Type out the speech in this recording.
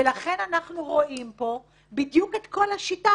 לכן אנחנו רואים פה בדיוק את כל השיטה,